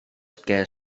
ger